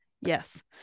yes